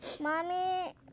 Mommy